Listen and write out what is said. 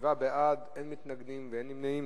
בעד, 7, אין מתנגדים ואין נמנעים.